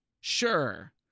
sure